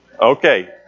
Okay